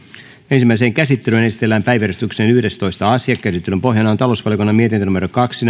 ensimmäiseen käsittelyyn esitellään päiväjärjestyksen yhdestoista asia käsittelyn pohjana on talousvaliokunnan mietintö kaksi